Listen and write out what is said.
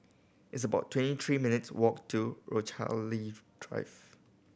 it's about twenty three minutes' walk to Rochalie Drive